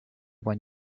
when